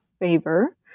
favor